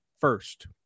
first